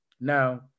Now